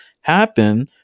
happen